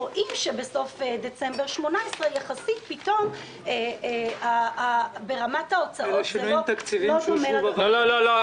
רואים שבסוף דצמבר 2018 פתאום ברמת ההוצאות זה לא דומה.